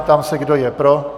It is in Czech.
Ptám se, kdo je pro.